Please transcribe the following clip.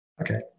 Okay